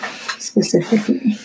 specifically